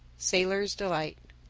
sailor's delight.